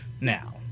now